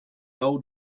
old